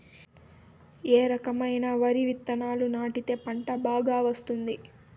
ఏ రకమైన వరి విత్తనాలు వాడితే పంట బాగా వస్తుంది?